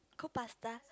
cook pasta